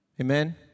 amen